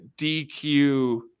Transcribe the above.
DQ